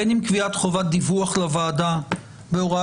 בין אם בקביעת חובת דיווח לוועדה בהוראת